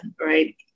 right